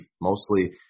mostly